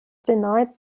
denied